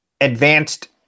advanced